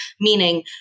meaning